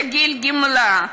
לגיל גמלה,